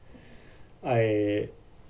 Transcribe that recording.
I